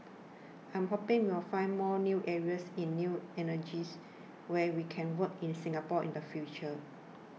I'm hoping we will find more new areas in new energies where we can work in Singapore in the future